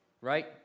Right